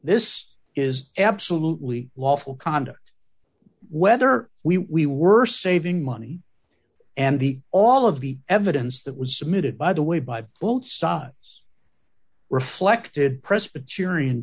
this is absolutely lawful conduct whether we were saving money and the all of the evidence that was submitted by the way by both sides reflected presbyterian